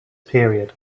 period